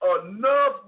enough